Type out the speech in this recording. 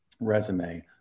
resume